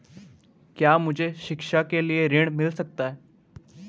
क्या मुझे शिक्षा के लिए ऋण मिल सकता है?